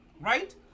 right